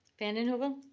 vanden heuvel?